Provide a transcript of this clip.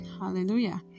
Hallelujah